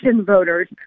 voters